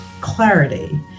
clarity